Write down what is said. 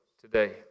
today